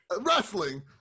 wrestling